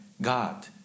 God